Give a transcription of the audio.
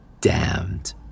damned